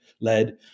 led